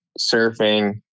surfing